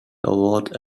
award